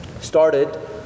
started